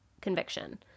conviction